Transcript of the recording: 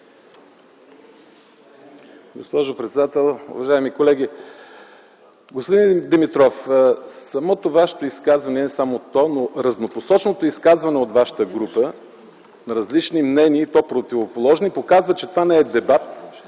Господин Димитров, самото Ваше изказване и разнопосочното изказване от вашата група на различни мнения, и то противоположни, показват, че това не е дебат,